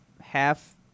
half